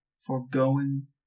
Forgoing